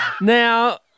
Now